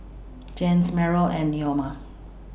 Jens Meryl and Neoma